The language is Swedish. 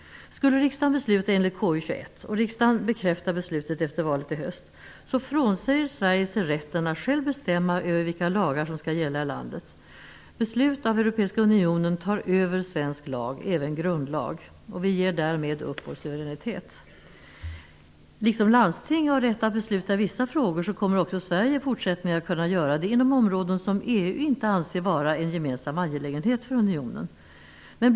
Skulle riksdagen besluta enligt konstitutionsutskottets betänkande 21 och riksdagen sedan bekräfta beslutet efter valet i höst, frånsäger Sverige sig rätten att själv bestämma över vilka lagar som skall gälla i landet. Beslut av europeiska unionen tar över svensk lag, även grundlag. Vi ger därmed upp vår suveränitet. Liksom landsting har rätt att besluta i vissa frågor kommer också Sverige i fortsättningen att kunna göra det inom områden som EU inte anser vara en gemensam angelägenhet för unionen.